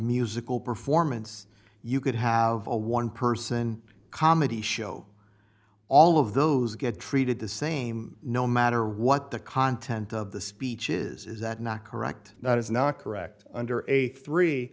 musical performance you could have a one person comedy show all of those get treated the same no matter what the content of the speeches is that not correct not is not correct under a three